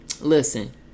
Listen